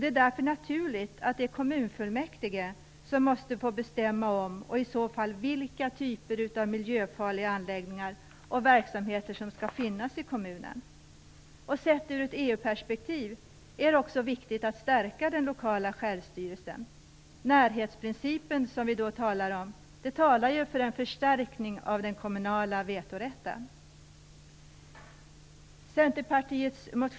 Det är därför naturligt att det är kommunfullmäktige som måste få bestämma om och i så fall vilka typer av miljöfarliga anläggningar och verksamheter som skall finnas i kommunen. Sett ur ett EU perspektiv är det också viktigt att stärka den lokala självstyrelsen. Närhetsprincipen talar för en förstärkning av den kommunala vetorätten. Fru talman!